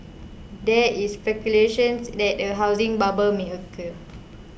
there is speculations that a housing bubble may occur